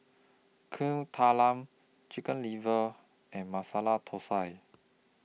Kuih Talam Chicken Liver and Masala Thosai